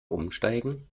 umsteigen